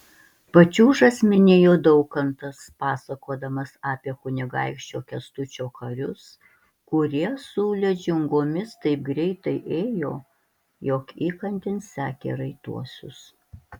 pačiūžas minėjo daukantas pasakodamas apie kunigaikščio kęstučio karius kurie su ledžingomis taip greitai ėjo jog įkandin sekė raituosius